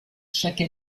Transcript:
chaque